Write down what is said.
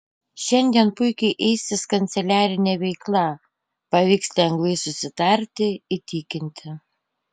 šiandien puikiai eisis kanceliarinė veikla pavyks lengvai susitarti įtikinti